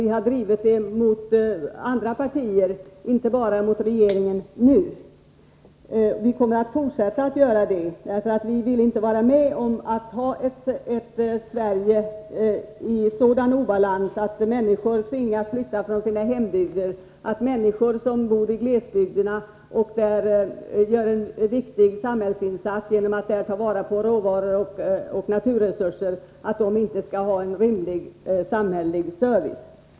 Vi har drivit frågan även mot andra partier än det nuvarande regeringspartiet, och vi kommer att fortsätta att göra det. Vi vill nämligen inte vara med om att ha ett Sverige som är i sådan obalans, att människor tvingas flytta från sina hembygder eller att människor som bor i glesbygderna och där gör en viktig samhällsinsats genom att ta vara på råvaror och naturresurser inte får en rimlig samhällelig service.